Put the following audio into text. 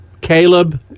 Caleb